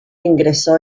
ingresó